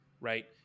Right